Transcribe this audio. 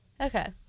okay